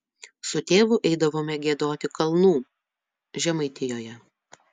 su tėvu eidavome giedoti kalnų žemaitijoje